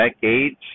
decades